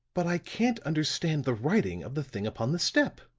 but i can't understand the writing of the thing upon the step,